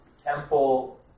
temple